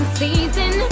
season